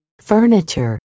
furniture